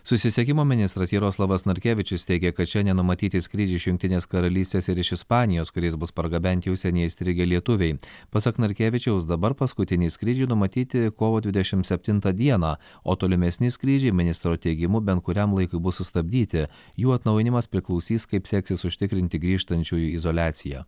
susisiekimo ministras jaroslavas narkevičius teigė kad šiandien numatyti skrydžiai iš jungtinės karalystės ir iš ispanijos kuriais bus pargabenti užsienyje įstrigę lietuviai pasak narkevičiaus dabar paskutiniai skrydžiai numatyti kovo dvidešimt septintą dieną o tolimesni skrydžiai ministro teigimu bent kuriam laikui bus sustabdyti jų atnaujinimas priklausys kaip seksis užtikrinti grįžtančiųjų izoliaciją